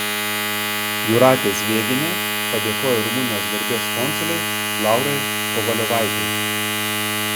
jūratė zvėgienė padėkojo rumunijos garbės konsulei laurai kovaliovaitei